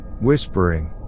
Whispering